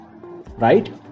right